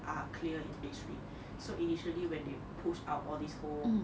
are clear in phase three so initially when they push up all these post